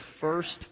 first